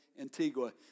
Antigua